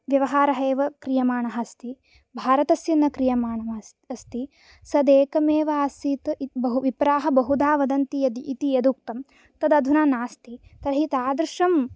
व्यवहारः एव क्रियमाणः अस्ति भारतस्य न क्रियमाणः अस्ति सदेकमेवासीत् विप्राः बहुधा वदन्ति इति यदुक्तमासीत् तदधुना नास्ति तर्हि तादृशम्